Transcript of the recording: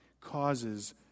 causes